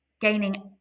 gaining